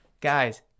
guys